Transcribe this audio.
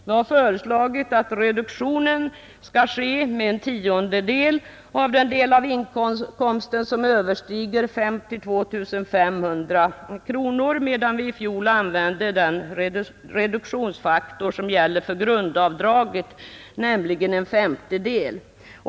Vi har föreslagit att reduktionen skall ske med en tiondedel av den del av inkomsten som överstiger 52 500 kronor, medan vi i fjol använde den reduktionsfaktor som gäller för grundavdraget, nämligen en femtedel.